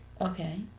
Okay